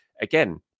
Again